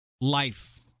life